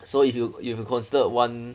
so if you you have considered [one]